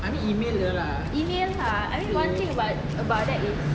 email lah I mean one thing about about that is